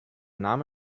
name